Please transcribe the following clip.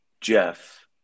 Jeff